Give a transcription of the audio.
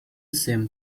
seem